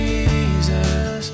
Jesus